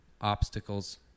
obstacles